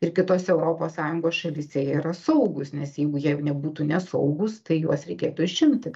ir kitose europos sąjungos šalyse yra saugūs nes jeigu jie nebūtų nesaugūs tai juos reikėtų išimti